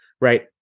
right